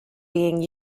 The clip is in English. being